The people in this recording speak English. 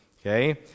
Okay